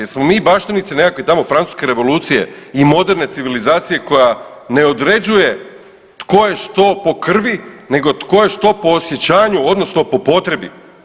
Jesmo mi baštinici nekakve tamo francuske revolucije i moderne civilizacije koja ne određuje tko je što po krvi, nego tko je što po osjećanju odnosno po potrebi?